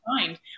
mind